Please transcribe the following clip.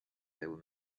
there